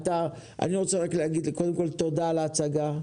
אדוני השר, תודה על ההצגה.